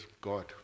God